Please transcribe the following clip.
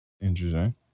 Interesting